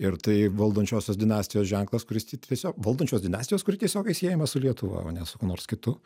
ir tai valdančiosios dinastijos ženklas kuris tiesiog valdančios dinastijos kuri tiesiogiai siejama su lietuva o ne su kuo nors kitu